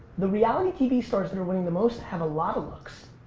the reality tv stars that are winning the most have a lot of looks.